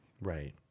right